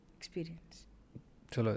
experience